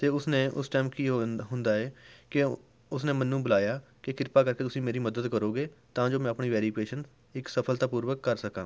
ਅਤੇ ਉਸਨੇ ਉਸ ਟਾਈਮ ਕੀ ਹੋ ਹੁੰਦਾ ਹੈ ਕਿ ਉਹ ਉਸਨੇ ਮੈਨੂੰ ਬੁਲਾਇਆ ਕਿ ਕਿਰਪਾ ਕਰਕੇ ਤੁਸੀਂ ਮੇਰੀ ਮਦਦ ਕਰੋਗੇ ਤਾਂ ਜੋ ਮੈਂ ਆਪਣੀ ਵੈਰੀਫਿਕੇਸ਼ਨ ਇੱਕ ਸਫਲਤਾ ਪੂਰਵਕ ਕਰ ਸਕਾਂ